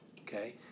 okay